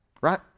Right